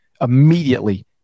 immediately